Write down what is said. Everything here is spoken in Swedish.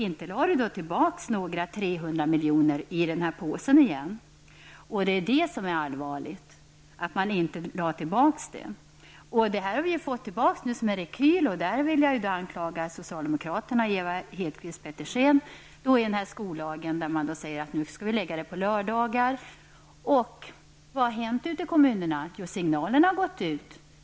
Inte lade han tillbaka några 300 milj.kr. i påsen! Det är allvarligt att det inte gjordes. Vi har fått tillbaka det som en rekyl, och för det anklagar jag socialdemokraterna med Ewa Hedkvist I skollagen sägs att hemspråksundervisningen kan förläggas till lördagar. Vad händer då ute i kommunerna? Jo, signalerna därom har gått ut till dem.